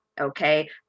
Okay